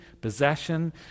possession